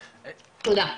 תודה.